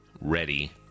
ready